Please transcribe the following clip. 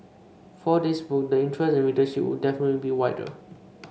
for this book the interest and readership would definitely be wider